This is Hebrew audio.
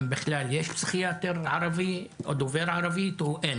בכלל יש פסיכיאטר ערבי או דובר ערבית או אין.